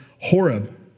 Horeb